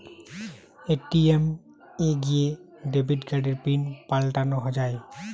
ATM এ গিয়ে debit কার্ডের পিন পাল্টানো যায়